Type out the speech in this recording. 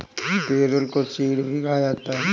पिरुल को ही चीड़ भी कहा जाता है